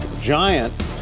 giant